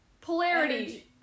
Polarity